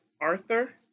Arthur